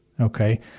okay